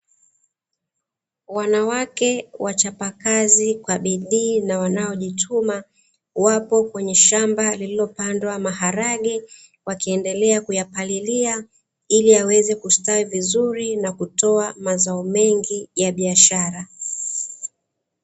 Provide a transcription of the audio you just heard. Wanawake wachapakazi kwa bidii na wanaojituma wapo kwenye shamba lililopandwa maharage wakiendelea kuyapalilia, ili yaweze kustawi vizuri na kutoa mazao mengi ya biashara.